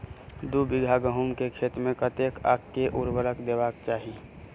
दु बीघा गहूम केँ खेत मे कतेक आ केँ उर्वरक देबाक चाहि?